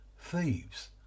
thieves